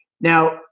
Now